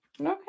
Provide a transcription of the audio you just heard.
Okay